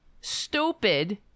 stupid